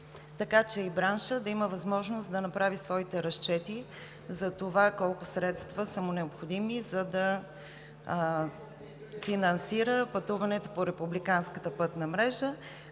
така че и браншът да има възможност да направи своите разчети за това колко средства са му необходими, за да финансира пътуването по републиканската пътна мрежа,